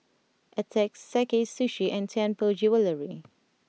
attack Sakae Sushi and Tianpo Jewellery